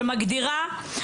אסלאמית,